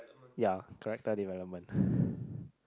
ya character development